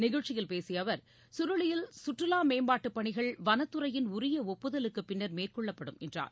நிகழ்ச்சியில் பேசிய அவர் சுருளியில் சுற்றுவா மேம்பாட்டுப் பணிகள் வனத்துறையின் உரிய ஒப்புதலுக்குப் பின்னர் மேற்கொள்ளப்படும் என்றார்